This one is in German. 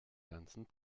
ganzen